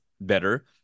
better